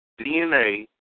DNA